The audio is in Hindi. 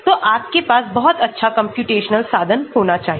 तो आपके पास बहुत अच्छा कम्प्यूटेशनल संसाधन होना चाहिए